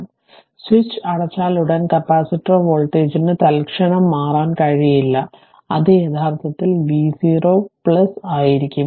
അതിനാൽ സ്വിച്ച് അടച്ചാലുടൻ കപ്പാസിറ്റർ വോൾട്ടേജിന് തൽക്ഷണം മാറാൻ കഴിയില്ല അത് യഥാർത്ഥത്തിൽ v0 ആയിരിക്കും